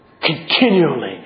continually